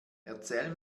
erzähl